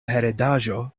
heredaĵo